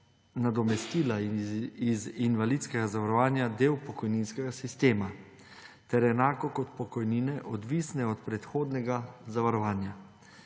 nadomestila iz invalidskega zavarovanja del pokojninskega sistema ter enako kot pokojnine odvisna od predhodnega zavarovanja,